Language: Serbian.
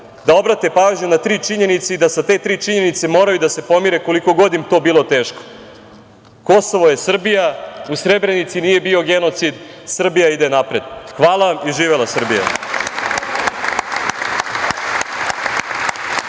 da obrate pažnju na tri činjenice i da sa te tri činjenice moraju da se pomire koliko god im to bilo teško. Kosovo je Srbija, u Srebrenici nije bio genocid, Srbija ide napred. Hvala vam, i živela Srbija.